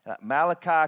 Malachi